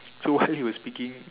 so while he was speaking